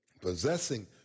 possessing